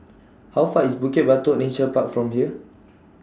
How Far IS Bukit Batok Nature Park from here